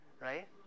right